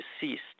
deceased